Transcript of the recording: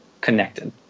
connected